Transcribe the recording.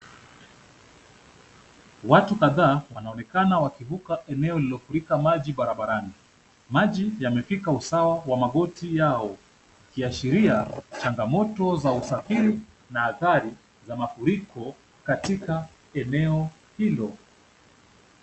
Watu kadhaa wanaonekana wakivuka eneo lililofurika maji barabarani. Maji yamefika usawa wa magoti yao ikiashiria changamoto za usafiri na athari za mafuriko katika eneo hilo.